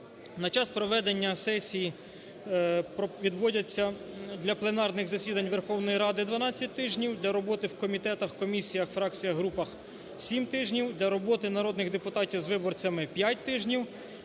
На час проведення сесій відводяться для пленарних засідань Верховної Ради 12 тижнів; для роботи в комітетах, комісіях, фракціях, групах – 7 тижнів; для роботи народних депутатів з виборцями – 5 тижнів;